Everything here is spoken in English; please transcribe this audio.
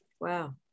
Wow